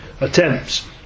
Attempts